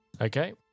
Okay